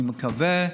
אני מקווה,